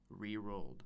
Rerolled